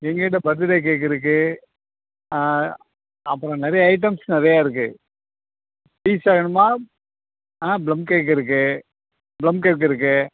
எங்கள்கிட்ட birth day cake இருக்குது ஆ அப்புறோம் நிறையா ஐட்டம்ஸ் நிறையா இருக்குது பீஸ்ஸாக வேணுமா ஆ ப்ளம் கேக் இருக்குது ப்ளம் கேக் இருக்குது